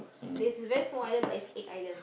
it's a very small island but it's egg island